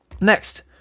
Next